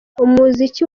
umuziki